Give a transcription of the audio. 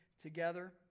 together